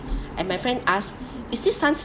and my friend ask is this sunset